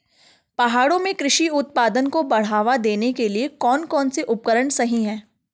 पहाड़ों में कृषि उत्पादन को बढ़ावा देने के लिए कौन कौन से उपकरण सही हैं?